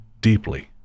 deeply